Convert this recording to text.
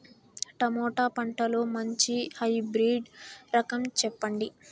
Tomato పంటలో మంచి hybrid రకం చెప్పండి?